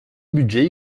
budget